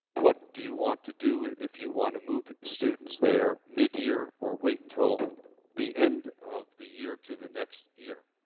what do you want to do if you want to move students there mid-year, or wait until the end of the year, to the next year?